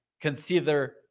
consider